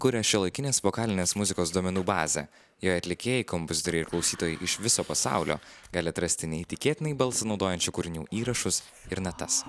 kuria šiuolaikinės vokalinės muzikos duomenų bazę joje atlikėjai kompozitoriai ir klausytojai iš viso pasaulio gali atrasti neįtikėtinai balsą naudojančių kūrinių įrašus ir natas